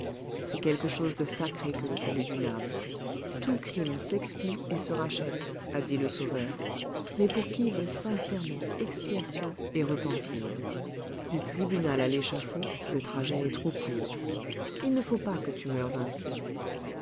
c'est quelque chose de sacré que le salut d'une âme tout crime s'expie et se rachète a dit le sauveur mais pour qui veut sincèrement expiation et repentir du tribunal à l'échafaud le trajet est trop court il ne faut pas que tu meures ainsi